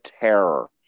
terror